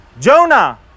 Jonah